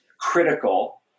critical